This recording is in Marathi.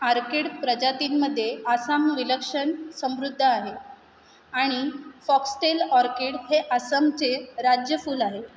आर्केड प्रजातींमध्ये आसाम विलक्षण समृद्ध आहे आणि फॉक्सटेल ऑर्कीड हे आसामचे राज्यफूल आहे